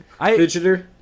Fidgeter